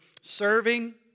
serving